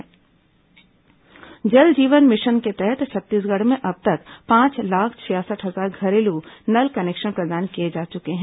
जल जीवन मिशन जल जीवन मिशन के तहत छत्तीसगढ़ में अब तक पांच लाख छियासठ हजार घरेलू नल कनेक्शन प्रदान किए जा चुके हैं